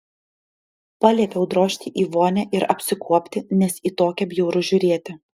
paliepiau drožti į vonią ir apsikuopti nes į tokią bjauru žiūrėti